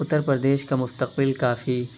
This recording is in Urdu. اتر پردیش کا مسقبل کافی